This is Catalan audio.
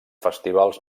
festivals